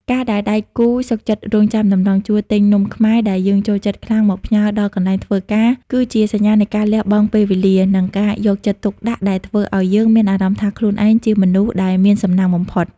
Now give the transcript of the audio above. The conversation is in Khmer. ការដែលដៃគូសុខចិត្តរង់ចាំតម្រង់ជួរទិញនំខ្មែរដែលយើងចូលចិត្តខ្លាំងមកផ្ញើដល់កន្លែងធ្វើការ គឺជាសញ្ញានៃការលះបង់ពេលវេលា និងការយកចិត្តទុកដាក់ដែលធ្វើឱ្យយើងមានអារម្មណ៍ថាខ្លួនឯងជាមនុស្សដែលមានសំណាងបំផុត។